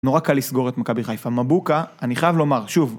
נורא קל לסגור את מכבי חיפה, מבוקה, אני חייב לומר, שוב.